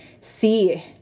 see